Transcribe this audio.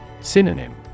Synonym